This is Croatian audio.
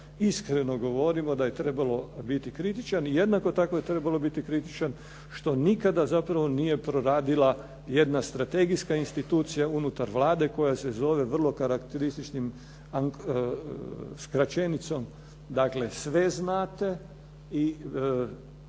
iskreno govorimo da je trebalo biti kritičan i jednako tako je trebalo biti kritičan što nikada zapravo nije proradila jedna strategijska institucija unutar Vlade koja se zove vrlo karakterističnom skraćenicom. Dakle, sve znate i